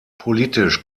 politisch